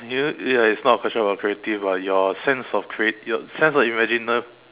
you you ya it's not a question about creative [what] your sense of creative your sense of imagina~